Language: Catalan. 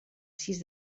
sis